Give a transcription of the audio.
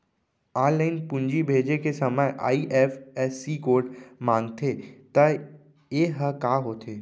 Online पूंजी भेजे के समय आई.एफ.एस.सी कोड माँगथे त ये ह का होथे?